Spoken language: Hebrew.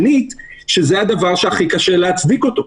שנית, שזה הדבר שהכי קשה להצדיק אותו.